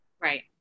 Right